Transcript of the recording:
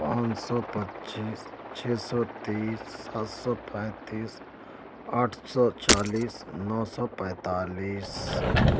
پانچ سو پچیس چھ سو تیس سات سو پینتیس آٹھ سو چالیس نو سو پینتالیس